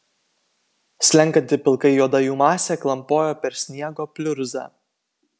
slenkanti pilkai juoda jų masė klampojo per sniego pliurzą